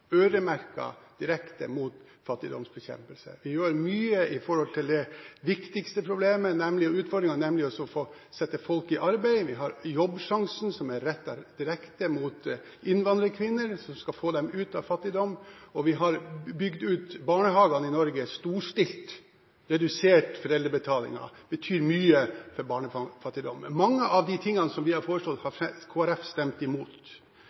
direkte mot fattigdomsbekjempelse. Vi gjør mye når det gjelder det viktigste problemet, nemlig utfordringen med å sette folk i arbeid. Vi har Jobbsjansen som er rettet direkte mot innvandrerkvinner, og som skal få dem ut av fattigdom. Vi har bygd ut barnehagene i Norge storstilt, og redusert foreldrebetalingen. Det betyr mye for barnefattigdom. Mange av de tingene som vi har foreslått, har Kristelig Folkeparti stemt imot.